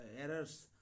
errors